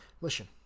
listen